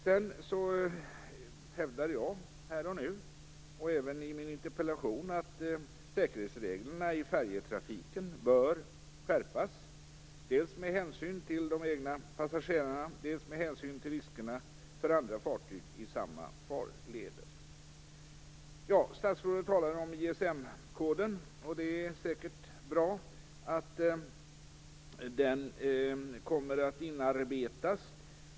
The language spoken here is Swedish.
Jag hävdar här och nu - det gjorde jag även i min interpellation - att säkerhetsreglerna i färjetrafiken bör skärpas, dels med hänsyn till de egna passagerarna, dels med hänsyn till riskerna för andra fartyg i samma farleder. Statsrådet talar om ISM-koden. Det är säkert bra att den kommer att inarbetas.